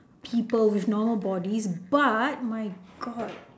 people with normal bodies but my god